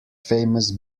famous